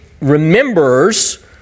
remembers